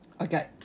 Okay